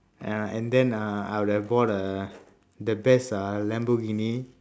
ya and then uh I would have bought a the best uh lamborghini